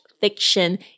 fiction